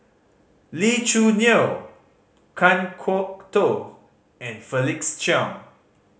Lee Choo Neo Kan Kwok Toh and Felix Cheong